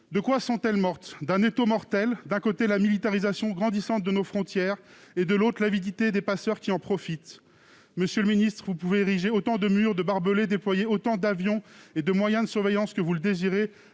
De quoi sont-elles mortes ? D'un étau mortel : d'un côté, la militarisation grandissante de nos frontières ; de l'autre, l'avidité des passeurs qui en profitent. Monsieur le ministre, vous pouvez ériger autant de murs, de barbelés, déployer autant d'avions et de moyens de surveillance que vous le désirez,